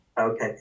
Okay